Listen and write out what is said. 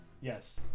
yes